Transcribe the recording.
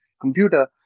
computer